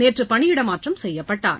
நேற்று பணியிட மாற்றம் செய்யப்பட்டார்